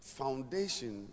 foundation